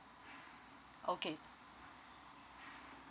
okay